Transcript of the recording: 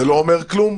זה לא אומר כלום,